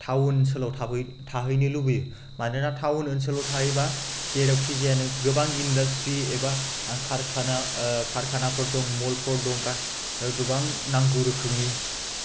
town ओनसोलाव थाहैनो लुबैयो मानोना टाउन ओनसोलाव थाहैबा जेरावखि जाया नों गोबां इनडास्ट्रि एबा आरो कारखाना कारखानाफोर दं मलफोर दं गोबां नांगौ रोखोमनि